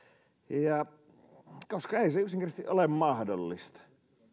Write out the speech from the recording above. koska ei se yksinkertaisesti ole mahdollista